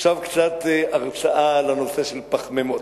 עכשיו הרצאה קצרה על נושא הפחמימות,